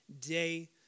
day